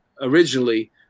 originally